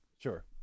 Sure